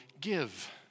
give